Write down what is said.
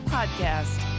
Podcast